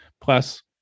Plus